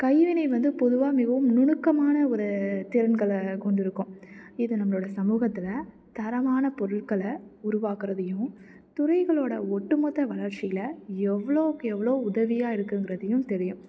கைவினை வந்து பொதுவாக மிகவும் நுணுக்கமான ஒரு திறன்களை கொண்டிருக்கும் இது நம்மளோட சமூகத்தில் தரமான பொருட்களை உருவாக்கிறதையும் துறைகளோடய ஒட்டு மொத்த வளர்ச்சியில் எவ்வளோக்கு எவ்வளோ உதவியாக இருக்குங்கிறதையும் தெரியும்